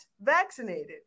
vaccinated